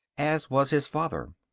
as was his father.